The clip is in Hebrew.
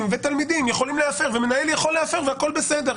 ותלמידים יכולים להפר ומנהל יכול להפר והכול בסדר.